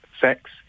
sex